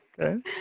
Okay